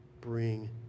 bring